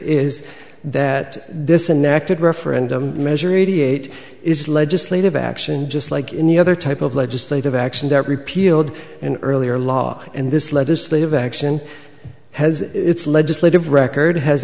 is that this inactive referendum measure eighty eight is legislative action just like any other type of legislative action that repealed an earlier law and this legislative action has its legislative record has